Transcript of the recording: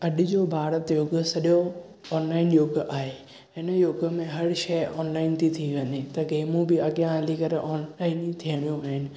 अॼु जो भारत युॻ सॼो ऑनलाइन युॻ आहे हिन युॻ में हर शइ ऑनलाइन थी थी वञे त गेमूं बि अॻियां हली करे ऑनलाइन ई थियणूं आहिनि